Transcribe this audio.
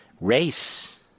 Race